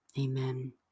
Amen